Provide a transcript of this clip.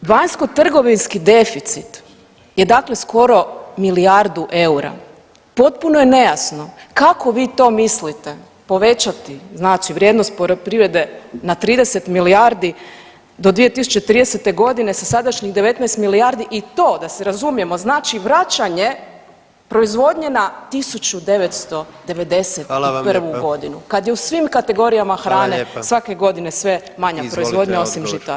Vanjskotrgovinski deficit je dakle skoro milijardu EUR-a, potpuno je nejasno kako vi to mislite povećati znači vrijednost poljoprivrede na 30 milijardi do 2030. godine sa sadašnjih 19 milijardi i to da se razumijemo znači vraćanje proizvodnje na 1991 [[Upadica: Hvala vam lijepa.]] godinu kad je u svim kategorijama hrane [[Upadica: Hvala lijepa.]] svake godine sve manja proizvodnja osim žita.